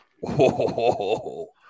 whoa